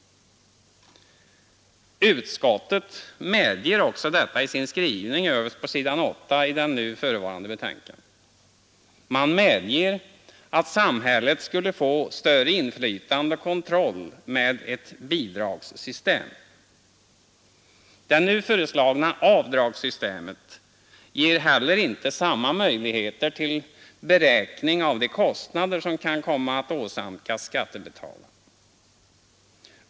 Utskottet medger också detta i sin skrivning överst på s.8 i förevarande betänkande. Man medger att samhället skulle få större inflytande och bättre kontroll med ett bidragssystem. Det nu föreslagna avdragssystemet ger inte heller samma möjligheter till beräkning av de kostnader som kan åsamkas skattebetalarna.